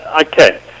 Okay